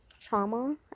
trauma